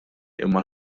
imma